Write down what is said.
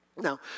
Now